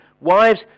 wives